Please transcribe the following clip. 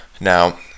now